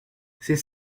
c’est